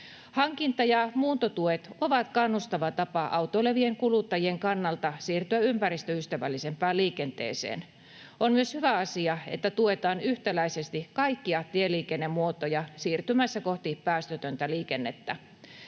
Hankinta- ja muuntotuet ovat kannustava tapa autoilevien kuluttajien kannalta siirtyä ympäristöystävällisempään liikenteeseen. On myös hyvä asia, että tuetaan yhtäläisesti kaikkia tieliikennemuotoja siirtymässä kohti päästötöntä liikennettä.